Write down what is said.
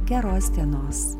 geros dienos